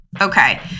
Okay